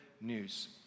news